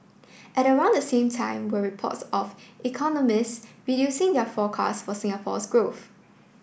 at around the same time were reports of economists reducing their forecast for Singapore's growth